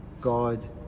God